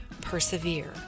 persevere